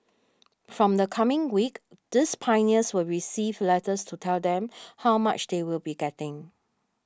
from the coming week these Pioneers will receive letters to tell them how much they will be getting